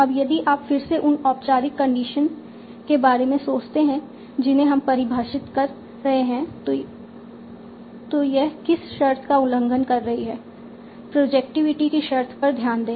अब यदि आप फिर से उन औपचारिक कंडीशन के बारे में सोचते हैं जिन्हें हम परिभाषित कर रहे हैं तो यह किस शर्त का उल्लंघन कर रही है प्रोजेक्टिविटी की शर्त पर ध्यान दें